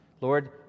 Lord